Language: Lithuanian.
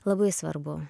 labai svarbu